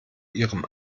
ihrem